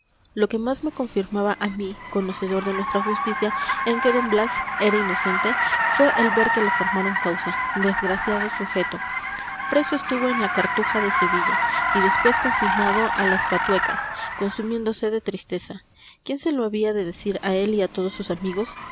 lo que más me confirmaba a mí conocedor de nuestra justicia en que d blas era inocente fue el ver que le formaron causa desgraciado sujeto preso estuvo en la cartuja de sevilla y después confinado a las batuecas consumiéndose de tristeza quién se lo había de decir a él y a todos sus amigos